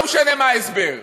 לא משנה מה ההסבר.